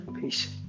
Peace